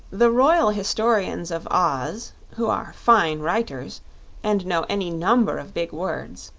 the royal historians of oz, who are fine writers and know any number of big words,